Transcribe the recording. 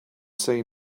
say